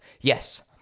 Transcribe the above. Yes